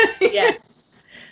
yes